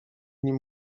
nim